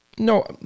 No